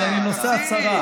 אבל אני נושא הצהרה.